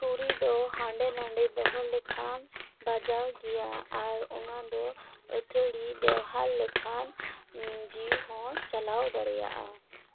ᱪᱷᱩᱨᱤ ᱫᱚ ᱦᱟᱸᱰᱮ ᱱᱷᱟᱰᱮ ᱫᱚᱦᱚ ᱞᱮᱠᱷᱟᱱ ᱵᱟᱡᱟᱣ ᱜᱮᱭᱟ ᱟᱨ ᱚᱱᱟ ᱫᱚ ᱟ ᱛᱷᱟ ᱣᱲᱤ ᱵᱮᱵᱷᱟᱨ ᱞᱮᱠᱷᱟᱱ ᱡᱤᱣᱤ ᱦᱚᱸ ᱪᱟᱞᱟᱣ ᱫᱟᱲᱮᱭᱟᱜᱼᱟ